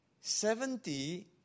Seventy